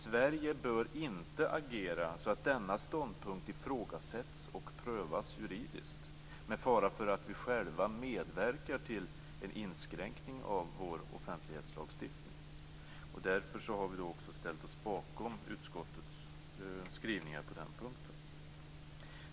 Sverige bör inte agera så att denna ståndpunkt ifrågasätts och prövas juridiskt med fara för att vi själva medverkar till en inskränkning av vår offentlighetslagstiftning. Därför har vi ställt oss bakom utskottets skrivning på denna punkt.